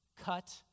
cut